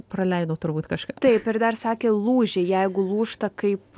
praleidau turbūt kažkaip taip ir dar sakė lūžį jeigu lūžta kaip